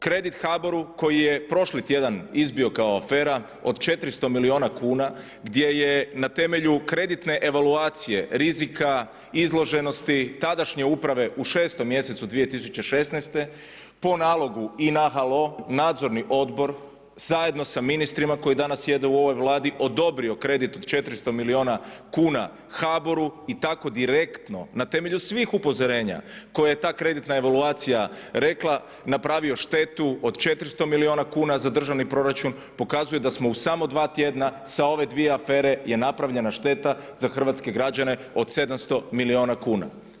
Kredit HBOR-u koji je prošli tjedan izbio kao afera od 400 milijuna kuna gdje je na temelju kreditne evaluacije rizika izloženosti tadašnje uprave u šestom mjesecu 2016. po nalogu … Nadzorni odbor zajedno sa ministrima koji danas sjede u ovoj Vladi odobrio kredit od 400 milijuna kuna HBOR-u i tako direktno na temelju svih upozorenja koje je ta kreditna evaluacija rekla napravio štetu od 400 milijuna kuna za državni proračun pokazuje da smo u samo dva tjedna sa ove dvije afere je napravljena šteta za hrvatske građane od 700 milijuna kuna.